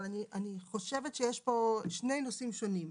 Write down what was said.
אבל אני חושבת שיש פה שני נושאים שונים.